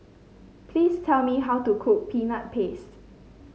please tell me how to cook Peanut Paste